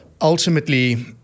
ultimately